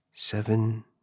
seven